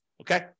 Okay